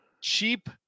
cheap